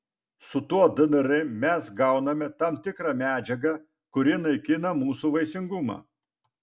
su tuo dnr mes gauname tam tikrą medžiagą kuri naikina mūsų vaisingumą